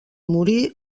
morí